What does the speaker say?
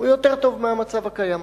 הוא יותר טוב מהמצב הקיים.